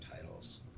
titles